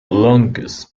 longest